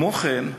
כמו כן,